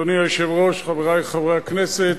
אדוני היושב-ראש, חברי חברי הכנסת,